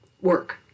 work